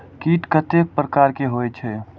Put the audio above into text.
कीट कतेक प्रकार के होई छै?